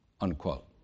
Unquote